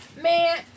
Man